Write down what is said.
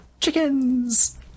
chickens